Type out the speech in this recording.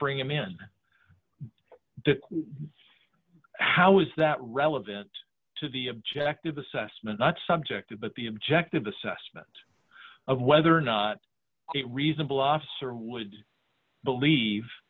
bring him in the how is that relevant to the objective assessment not subjective but the objective assessment of whether or not it reasonable officer would believe